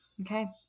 okay